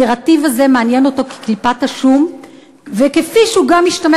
הנרטיב הזה מעניין אותו כקליפת השום כפי שהוא גם השתמש